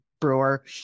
brewer